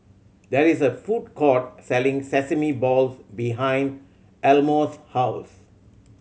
there is a food court selling sesame balls behind Elmore's house